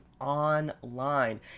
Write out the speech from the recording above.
online